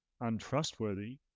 untrustworthy